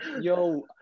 yo